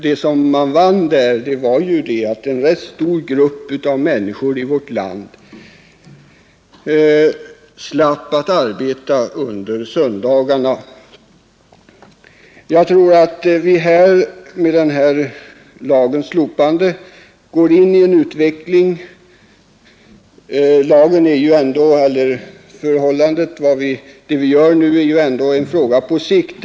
Det man vann var att en rätt stor grupp människor i vårt land slapp arbeta på söndagarna. Jag tror att vi med affärstidslagens slopande påbörjar en olycklig utveckling — detta är ju ändå en fråga på sikt.